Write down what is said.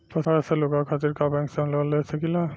फसल उगावे खतिर का बैंक से हम लोन ले सकीला?